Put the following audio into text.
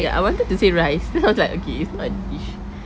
ya I wanted to say rice then I was like okay it's not dish